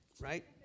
Right